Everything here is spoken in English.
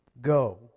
Go